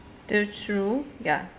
the true ya